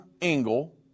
Engel